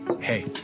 hey